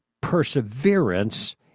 perseverance